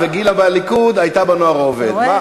וגילה מהליכוד הייתה ב"נוער העובד" אתה רואה,